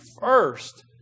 first